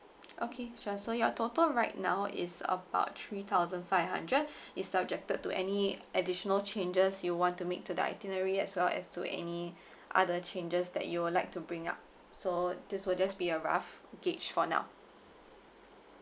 okay sure so your total right now is about three thousand five hundred it's subjected to any additional changes you want to make to the itinerary as well as to any other changes that you would like to bring up so this will just be a rough gauge for now